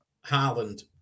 Harland